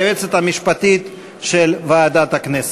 היועצת המשפטית של ועדת הכנסת.